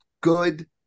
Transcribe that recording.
good